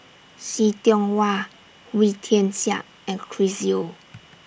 See Tiong Wah Wee Tian Siak and Chris Yeo